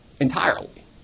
entirely